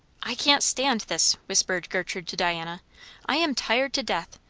i can't stand this, whispered gertrude to diana i am tired to death.